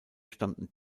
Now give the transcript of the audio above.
stammten